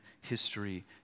history